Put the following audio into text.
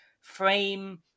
frame